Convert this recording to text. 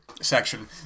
section